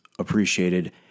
appreciated